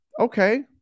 okay